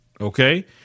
Okay